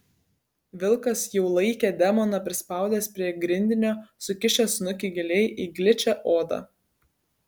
vilkas jau laikė demoną prispaudęs prie grindinio sukišęs snukį giliai į gličią odą